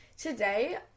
Today